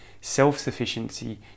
self-sufficiency